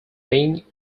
being